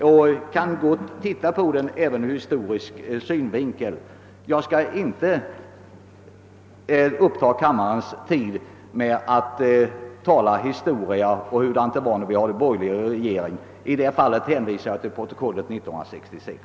Vi kan gott titta på den även ur historisk synvinkel. Men jag skall inte uppta kammarens tid med att tala historia och påminna om hur det var när vi hade en borgerlig regering. I det fallet hänvisar jag till protokollet från 1966.